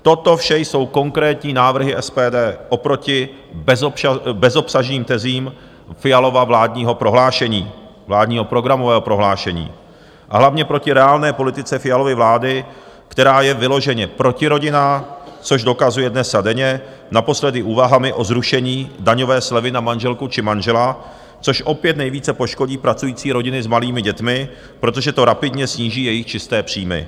Toto vše jsou konkrétní návrhy SPD oproti bezobsažným tezím Fialova vládního prohlášení, vládního programového prohlášení, a hlavně proti reálné politice Fialovy vlády, která je vyloženě protirodinná, což dokazuje dnes a denně, naposledy úvahami o zrušení daňové slevy na manželku či manžela, což opět nejvíce poškodí pracující rodiny s malými dětmi, protože to rapidně sníží jejich čisté příjmy.